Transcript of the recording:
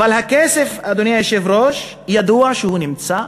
אבל הכסף, אדוני היושב-ראש, ידוע שהוא נמצא,